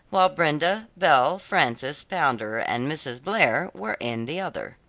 while brenda, belle, frances pounder and mrs. blair were in the other.